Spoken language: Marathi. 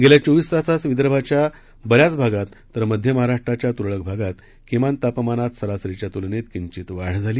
गेल्या चोवीस तासात विदर्भाच्या बऱ्याच भागात तर मध्य महाराष्ट्राच्या तुरळक भागात किमान तापमानात सरासरीच्या तुलनेत किंचित वाढ झाली